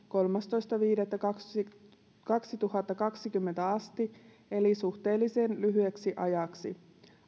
kolmastoista viidettä kaksituhattakaksikymmentä asti eli suhteellisen lyhyeksi ajaksi